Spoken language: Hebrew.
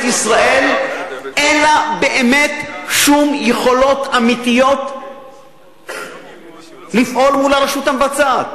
ישראל אין לה באמת שום יכולות אמיתיות לפעול מול הרשות המבצעת.